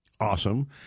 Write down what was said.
awesome